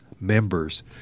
members